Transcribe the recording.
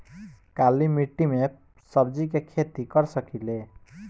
काली मिट्टी में सब्जी के खेती कर सकिले?